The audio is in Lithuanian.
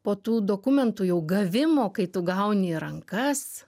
po tų dokumentų jau gavimo kai tu gauni į rankas